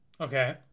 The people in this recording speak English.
Okay